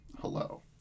hello